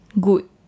Good